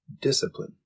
Discipline